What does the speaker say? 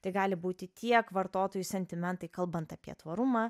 tai gali būti tiek vartotojų sentimentai kalbant apie tvarumą